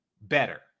better